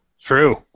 True